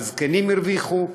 הזקנים הרוויחו,